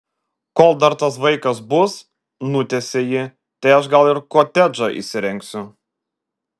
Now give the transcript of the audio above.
kol dar tas vaikas bus nutęsia ji tai aš gal ir kotedžą įsirengsiu